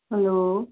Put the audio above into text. hello